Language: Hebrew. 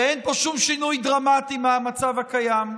ואין פה שום שינוי דרמטי מהמצב הקיים.